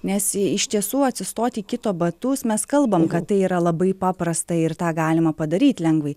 nes iš tiesų atsistot į kito batus mes kalbam kad tai yra labai paprasta ir tą galima padaryt lengvai